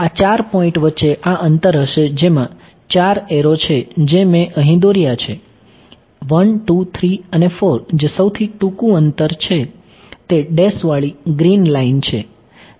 આ ચાર પોઈન્ટ વચ્ચે આ અંતર હશે જેમાં ચાર એરો છે જે મેં અહીં દોર્યા છે 1 2 3 અને 4 જે સૌથી ટૂંકું અંતર છે તે ડેશવાળી ગ્રીન લાઇન છે